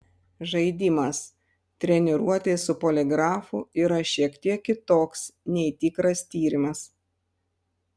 žaidimas treniruotė su poligrafu yra šiek tiek kitoks nei tikras tyrimas